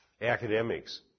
academics